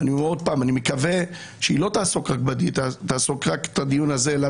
ואני אומר עוד פעם שאני מקווה שהיא לא תעסיק רק את הדיון הזה אלא